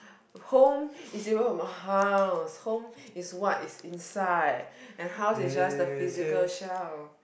home is even not in my house home is what is inside and house is just the physical shell